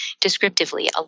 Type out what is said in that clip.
descriptively